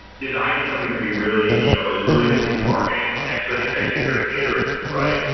designing something to be really, you know, a really good piece of marketing, it's actually it's actually very iterative, right?